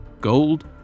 Gold